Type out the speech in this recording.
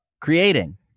creating